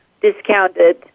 discounted